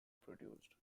produced